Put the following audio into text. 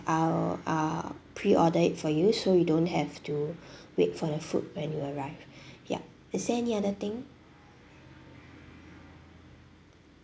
I'll uh pre-order it for you so you don't have to wait for the food when you arrive yup is there any other thing